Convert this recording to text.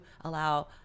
allow